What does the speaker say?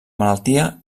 malaltia